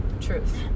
Truth